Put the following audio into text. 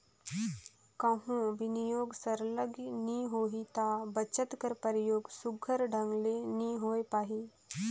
कहों बिनियोग सरलग नी होही ता बचत कर परयोग सुग्घर ढंग ले नी होए पाही